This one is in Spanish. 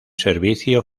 servicio